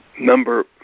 number